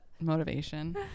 motivation